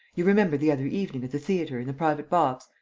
you remember the other evening, at the theatre, in the private box?